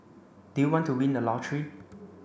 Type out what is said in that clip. do you want to win the lottery